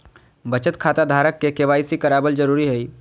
बचत खता धारक के के.वाई.सी कराबल जरुरी हइ